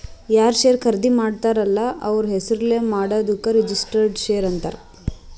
ಯಾರ್ ಶೇರ್ ಖರ್ದಿ ಮಾಡ್ತಾರ ಅಲ್ಲ ಅವ್ರ ಹೆಸುರ್ಲೇ ಮಾಡಾದುಕ್ ರಿಜಿಸ್ಟರ್ಡ್ ಶೇರ್ ಅಂತಾರ್